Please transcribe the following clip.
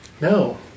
No